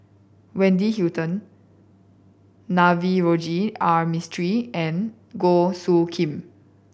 Wendy Hutton Navroji R Mistri and Goh Soo Khim